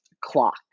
clock